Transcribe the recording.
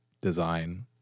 design